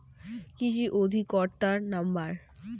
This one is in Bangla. কৃষি অধিকর্তার নাম্বার?